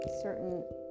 certain